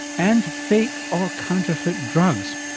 and fake, or counterfeit drugs.